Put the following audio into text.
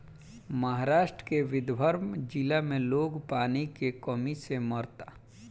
महाराष्ट्र के विदर्भ जिला में लोग पानी के कमी से मरता